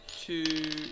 Two